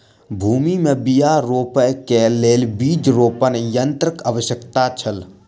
भूमि में बीया रोपअ के लेल बीज रोपण यन्त्रक आवश्यकता छल